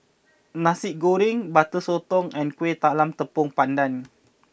Nasi Goreng Butter Sotong and Kueh Talam Tepong Pandan